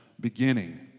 beginning